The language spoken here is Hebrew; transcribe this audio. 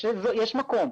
יש מקום.